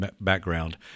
background